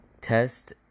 Test